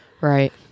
Right